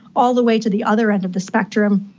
all the way to the other end of the spectrum,